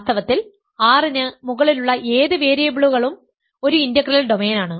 വാസ്തവത്തിൽ R ന് മുകളിലുള്ള ഏതു വേരിയബിളുകളും ഒരു ഇന്റഗ്രൽ ഡൊമെയ്നാണ്